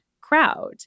crowd